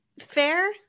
Fair